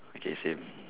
okay same